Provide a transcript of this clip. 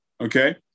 Okay